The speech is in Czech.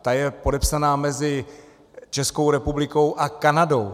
Ta je podepsána mezi Českou republikou a Kanadou.